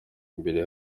imbere